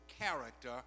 character